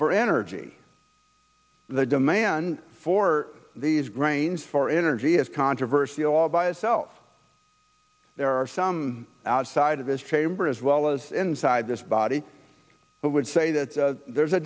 for energy the demand for these grains for energy is controversial all by itself there are some outside of this chamber as well as inside this body would say that there's a